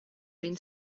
been